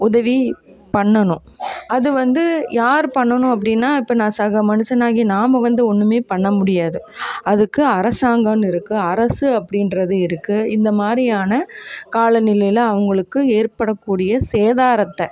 உதவி பண்ணணும் அது வந்து யார் பண்ணணும் அப்படின்னா இப்போ நான் சக மனுஷனாகிய நாம் வந்து ஒன்றுமே பண்ண முடியாது அதுக்கு அரசாங்கம்னு இருக்குது அரசு அப்படின்றது இருக்குது இந்தமாதிரியான காலநிலையில் அவங்களுக்கு ஏற்படக்கூடிய சேதாரத்தை